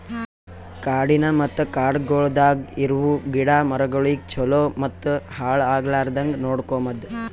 ಕಾಡಿನ ಮತ್ತ ಕಾಡಗೊಳ್ದಾಗ್ ಇರವು ಗಿಡ ಮರಗೊಳಿಗ್ ಛಲೋ ಮತ್ತ ಹಾಳ ಆಗ್ಲಾರ್ದಂಗ್ ನೋಡ್ಕೋಮದ್